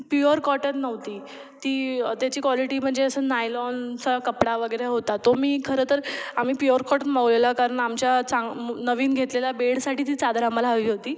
pure cotton नव्हती ती त्याची कॉलिटी म्हणजे असं नायलॉनचा कपडा वगैरे होता तो मी खरंतर आम्ही प्युअर कॉटन मागवलेला कारण आमच्या चां नवीन घेतलेल्या बेडसाठी ती चादर आम्हाला हवी होती